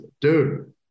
dude